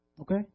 Okay